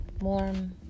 warm